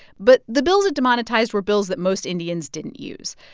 but the bills that demonetized were bills that most indians didn't use.